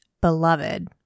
beloved